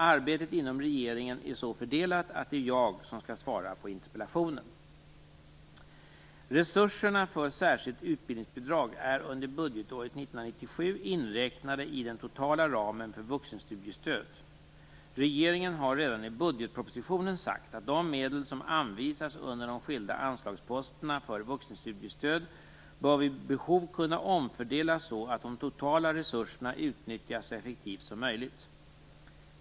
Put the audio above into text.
Arbetet inom regeringen är så fördelat att det är jag som skall svara på interpellationen. Resurserna för särskilt utbildningsbidrag är under budgetåret 1997 inräknade i den totala ramen för vuxenstudiestöd. Regeringen har redan i budgetpropositionen sagt att de medel som anvisas under de skilda anslagsposterna för vuxenstudiestöd vid behov bör kunna omfördelas så att de totala resurserna utnyttjas så effektivt som möjligt.